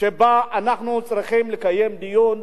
שאנחנו צריכים לקיים בה דיון.